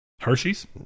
Hershey's